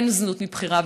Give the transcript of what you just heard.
אין זנות מבחירה,